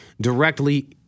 directly